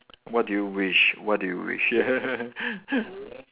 what do you wish what do you wish